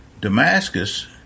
damascus